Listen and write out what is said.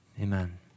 amen